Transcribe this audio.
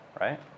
right